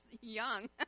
young